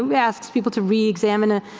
yeah asks people to re-examine a,